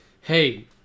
hey